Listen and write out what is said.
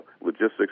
Logistics